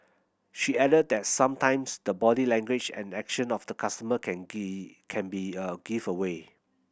she added that sometimes the body language and action of the customer can can be a giveaway